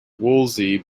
wolsey